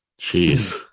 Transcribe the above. Jeez